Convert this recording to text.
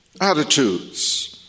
attitudes